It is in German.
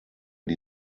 die